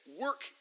work